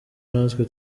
natwe